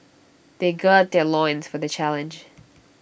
they gird their loins for the challenge